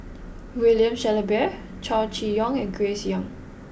William Shellabear Chow Chee Yong and Grace Young